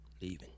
leaving